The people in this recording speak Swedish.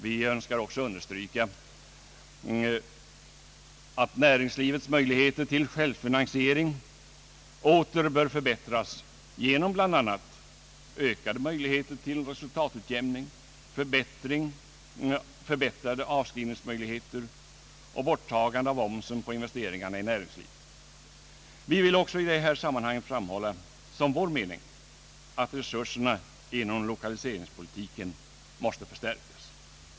Vi önskar också understryka, att näringslivets möjligheter till självfinansiering åter bör förbättras genom bl.a. ökade möjligheter till resultatutjämning, förbättrad avskrivning och ett borttagande av omsättningsskatten på investeringar i näringslivet. Vi vill också i detta sammanhang som vår mening framhålla, att resurserna inom lokaliseringspolitiken måste förstärkas.